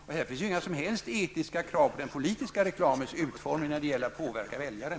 Det finns inga som helst etiska krav på den politiska reklamens utformning när det gäller att påverka väljaren.